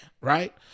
right